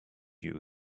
you